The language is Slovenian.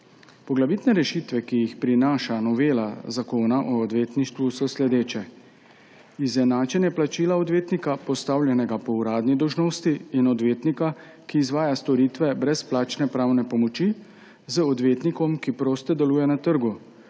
Poglavitne rešitve, ki jih prinaša novela Zakona o odvetništvu, so sledeče. Izenačenje plačila odvetnika, postavljenega po uradni dolžnosti, in odvetnika, ki izvaja storitve brezplačne pravne pomoči, z odvetnikom, ki prosto deluje na trgu,